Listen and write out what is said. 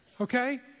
okay